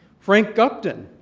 frank gupton,